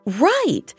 right